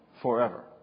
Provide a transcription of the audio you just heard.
forever